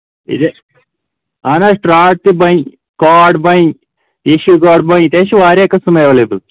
اہن حظ تراڈ تہِ بنہِ کاڈ بنہِ اِشہٕ گاڈ بنہِ ییٚتہِ حظ چھِ واریاہ قٕسٕم اٮ۪ویلیبٕل